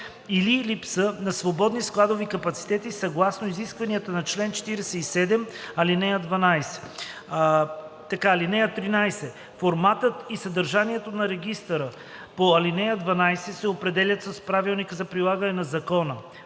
или липса на свободни складови капацитети съгласно изискванията на чл. 47, ал. 12. (13) Форматът и съдържанието на регистъра по ал. 12 се определят с правилника за прилагането на закона.“